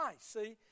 see